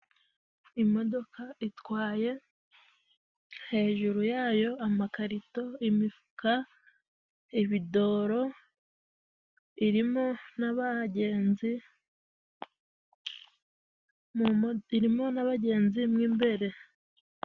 Imodoka itwaye hejuru yayo amakarito, imifuka, ibidoro, irimo n'abagenzi, irimo n'abagenzi mo imbere.